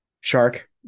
Shark